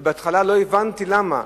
ובהתחלה לא הבנתי למה.